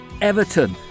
Everton